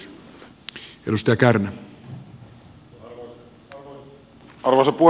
arvoisa puhemies